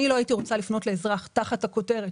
אני לא הייתי רוצה לפנות לאזרח תחת הכותרת